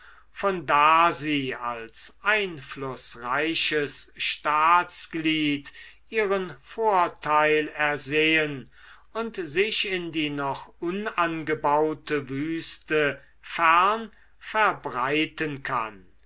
von da sie als einflußreiches staatsglied ihren vorteil ersehen und sich in die noch unangebaute wüste fern verbreiten kann